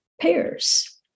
pairs